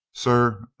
sir,